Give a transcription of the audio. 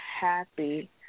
happy